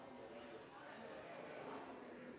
som